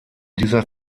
dieser